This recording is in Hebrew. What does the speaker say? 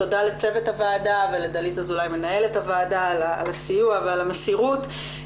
תודה לצוות הוועדה ולדלית אזולאי מנהלת הוועדה על הסיוע ועל המסירות.